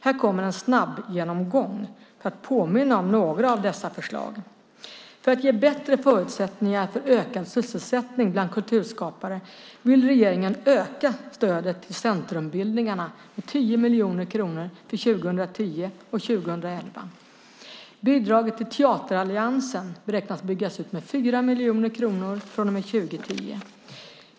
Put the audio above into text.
Här kommer en snabbgenomgång för att påminna om några av dessa förslag: För att ge bättre förutsättningar för ökad sysselsättning bland kulturskapare vill regeringen öka stödet till centrumbildningarna med 10 miljoner kronor för 2010 och 2011. Bidraget till Teateralliansen beräknas byggas ut med 4 miljoner kronor från och med 2010.